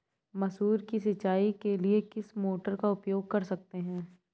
मसूर की सिंचाई के लिए किस मोटर का उपयोग कर सकते हैं?